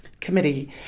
committee